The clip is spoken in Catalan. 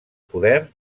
poder